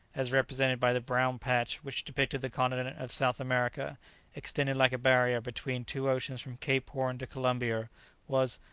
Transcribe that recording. as represented by the brown patch which depicted the continent of south america extending like a barrier between two oceans from cape horn to columbia, was,